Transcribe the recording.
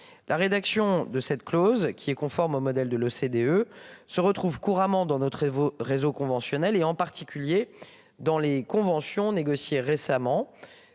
La rédaction de cette clause qui est conforme au modèle de l'OCDE se retrouve couramment dans notre et vos réseaux conventionnels et en particulier dans les conventions négociées récemment.